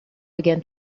began